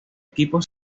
equipos